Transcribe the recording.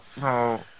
no